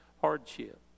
hardship